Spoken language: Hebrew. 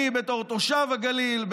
אני בתור תושב הגליל,